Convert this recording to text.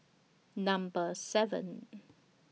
Number seven